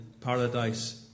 paradise